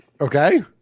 Okay